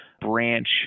branch